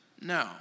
No